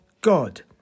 God